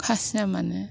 खासिया मानो